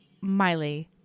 Miley